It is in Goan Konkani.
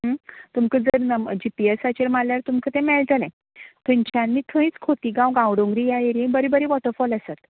तुमकां जर नंबर जी पी एसाचेर मारल्यार तुमकां तें मेळटलें थंयच्यान न्हय थंयच खोतीगांव गांवडोंगरी ह्या येरयेक बरें बरें वॉटर फॉल आसात